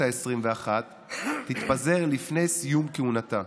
העשרים-ואחת תתפזר לפני סיום כהונתה,